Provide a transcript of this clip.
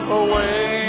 away